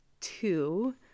two